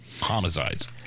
homicides